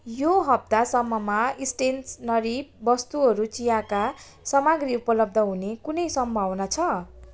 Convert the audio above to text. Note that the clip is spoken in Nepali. यो हप्तासम्ममा स्टेसनरी वस्तुहरू चियाका समाग्री उपलब्ध हुने कुनै सम्भावना छ